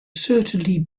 certainly